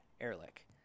Ehrlich